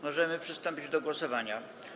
Możemy przystąpić do głosowania.